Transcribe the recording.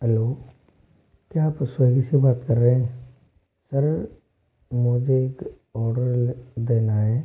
hello क्या आप स्वेगी से बात कर रहे हैं सर मुझे एक ऑर्डर देना है